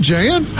Jan